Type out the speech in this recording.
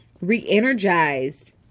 re-energized